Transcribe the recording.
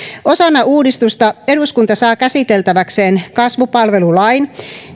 osana uudistusta eduskunta saa käsiteltäväkseen kasvupalvelulain